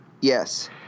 Yes